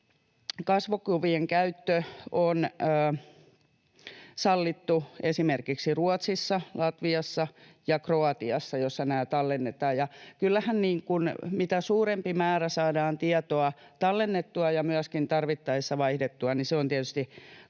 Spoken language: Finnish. Kasvokuvien käyttö on sallittu esimerkiksi Ruotsissa, Latviassa ja Kroatiassa, joissa nämä tallennetaan, ja kyllähän mitä suurempi määrä saadaan tietoa tallennettua ja myöskin tarvittaessa vaihdettua, se on tietysti kaikkien